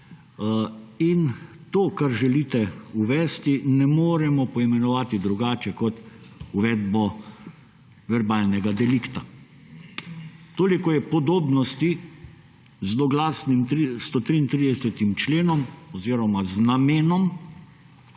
In to, kar želite uvesti, ne moremo poimenovati drugače kot uvedbo verbalnega delikta. Toliko je podobnosti z zloglasnim 133. členom oziroma z namenom,